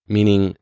Meaning